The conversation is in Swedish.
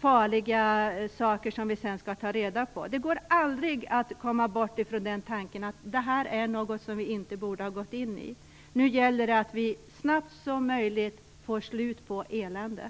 farliga saker som vi sedan skall ta reda på. Det går aldrig att komma bort från tanken att detta är något som vi inte borde ha gått in i. Nu gäller det att vi så snabbt som möjligt får slut på eländet.